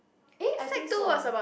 eh I think so